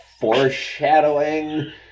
foreshadowing